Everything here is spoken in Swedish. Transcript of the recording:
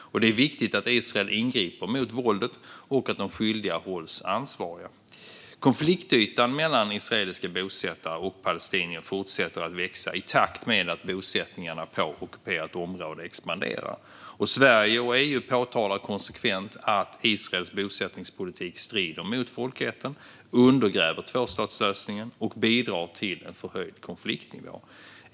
Det är viktigt att Israel ingriper mot våldet och att de skyldiga hålls ansvariga. Konfliktytan mellan israeliska bosättare och palestinier fortsätter att växa i takt med att bosättningarna på ockuperat område expanderar. Sverige och EU påtalar konsekvent att Israels bosättningspolitik strider mot folkrätten, undergräver tvåstatslösningen och bidrar till en förhöjd konfliktnivå.